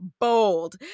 Bold